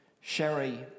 Sherry